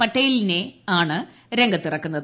പട്ടേലിനെയാണ് രംഗത്തിറക്കുന്നത്